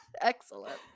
Excellent